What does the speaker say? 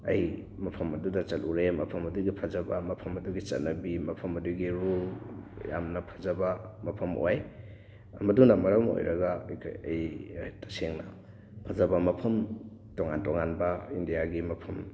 ꯑꯩ ꯃꯐꯝ ꯑꯗꯨꯗ ꯆꯠꯂꯨꯔꯦ ꯃꯐꯝ ꯑꯗꯨꯒꯤ ꯐꯖꯕ ꯃꯐꯝ ꯑꯗꯨꯒꯤ ꯆꯠꯅꯕꯤ ꯃꯐꯝ ꯑꯗꯨꯒꯤ ꯔꯨꯜ ꯌꯥꯝꯅ ꯐꯖꯕ ꯃꯐꯝ ꯑꯣꯏ ꯃꯗꯨꯅ ꯃꯔꯝ ꯑꯣꯏꯔꯒ ꯑꯩ ꯇꯁꯦꯡꯅ ꯐꯖꯕ ꯃꯐꯝ ꯇꯣꯉꯥꯟ ꯇꯣꯉꯥꯟꯕ ꯏꯟꯗꯤꯌꯥꯒꯤ ꯃꯐꯝ